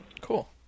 Cool